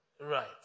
Right